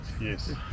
yes